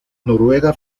noruega